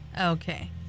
Okay